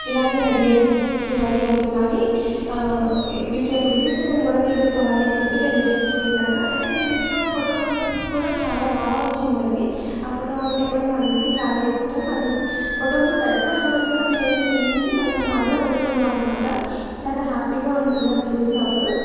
ఇలాగే రెడీ అయ్యి రెడీ అవుదువు కానీ వీటి యొక్క విశిష్టతను కూడా తెలుసుకోవాలి అని చెప్పి తెలియచేస్తు ఉంటాను అయితే ఈ వాటిలో ఫోటో కూడా చాలా బా వచ్చింది అది ఆ ఫోటో అంటే కూడా మా అందరికీ చాలా ఇష్టం అది ఫోటోని పెద్ద ఫోటో కింద ఫ్రేమ్ చేయించి మనం హాల్లో పెట్టుకున్నాం అన్నమాట చాలా హ్యాపీగా ఉంటుంది అది చూసినప్పుడు